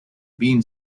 bean